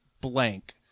blank